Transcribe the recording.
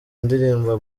ndirimbo